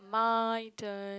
my turn